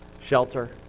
shelter